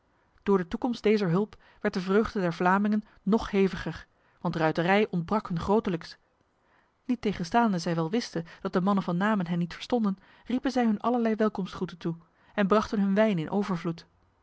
door de toekomst dezer hulp werd de vreugde der vlamingen nog heviger want ruiterij ontbrak hun grotelijks niettegenstaande zij wel wisten dat de mannen van namen hen niet verstonden riepen zij hun allerlei welkomstgroeten toe en brachten hun wijn in overvloed